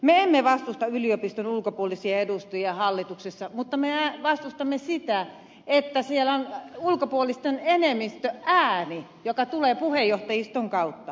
me emme vastusta yliopiston ulkopuolisia edustajia hallituksessa mutta me vastustamme sitä että siellä on ulkopuolisten enemmistöääni joka tulee puheenjohtajiston kautta